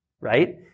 right